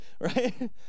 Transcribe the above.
Right